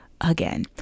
again